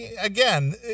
Again